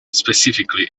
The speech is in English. specifically